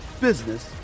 business